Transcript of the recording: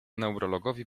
neurologowi